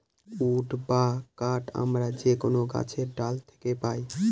would বা কাঠ আমরা যে কোনো গাছের ডাল থাকে পাই